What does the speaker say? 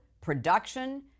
production